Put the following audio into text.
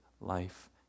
life